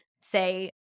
say